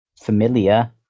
familiar